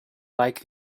like